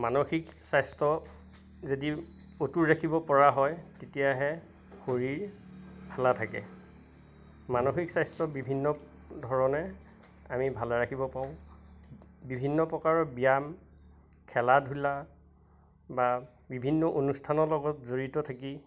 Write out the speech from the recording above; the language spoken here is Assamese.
মানসিক স্বাস্থ্য যদি অটুট ৰাখিব পৰা হয় তেতিয়াহে শৰীৰ ভালে থাকে মানসিক স্বাস্থ্য বিভিন্ন ধৰণে আমি ভালে ৰাখিব পাৰোঁ বিভিন্ন প্ৰকাৰৰ ব্যায়াম খেলা ধূলা বা বিভিন্ন অনুষ্ঠানৰ লগত জড়িত থাকি